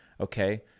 Okay